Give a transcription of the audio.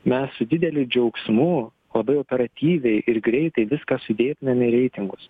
mes su dideliu džiaugsmu labai operatyviai ir greitai viską sudėtumėme į reitingus